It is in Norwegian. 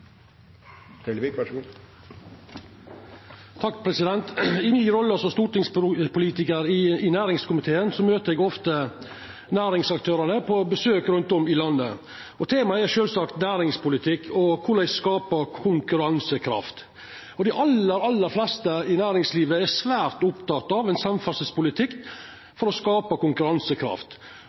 på besøk rundt om i landet. Temaet då er sjølvsagt næringspolitikk og korleis ein kan skapa konkurransekraft. Dei aller, aller fleste i næringslivet er svært opptekne av samferdselspolitikken for å skapa konkurransekraft.